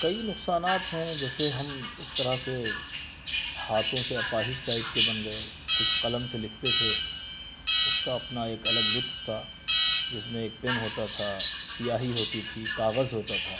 کئی نقصانات ہیں جیسے ہم ایک طرح سے ہاتھوں سے اپاہج ٹائپ کے بن گئے کچھ قلم سے لکھتے تھے اس کا اپنا ایک الگ لطف تھا جس میں ایک پن ہوتا تھا سیاہی ہوتی تھی کاغذ ہوتا تھا